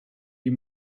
you